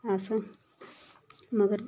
अस मगर